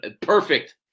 perfect